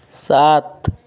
ସାତ